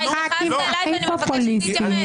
התייחסת אליי ואני מבקשת להתייחס.